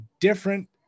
different